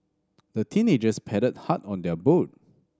the teenagers paddled hard on their boat